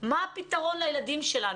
מה הפתרון לילדים שלנו.